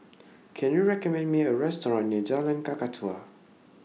Can YOU recommend Me A Restaurant near Jalan Kakatua